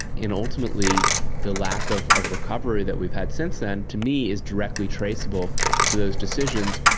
and ultimately the lack of of recovery that we've had since then to me is directly traceable to those decisions.